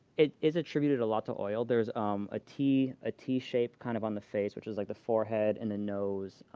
it is attributed a lot to oil. there's um ah a t shape kind of on the face, which is like the forehead and the nose.